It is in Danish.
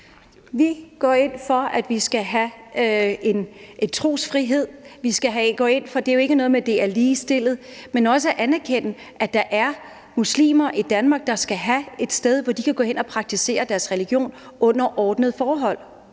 Vi går ind for, at vi skal have trosfrihed. Det er jo ikke noget med, at det er ligestillet, men vi skal også anerkende, at der er muslimer i Danmark, der skal have et sted, hvor de kan gå hen og praktisere deres religion under ordnede forhold.